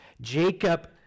Jacob